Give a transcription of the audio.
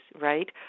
right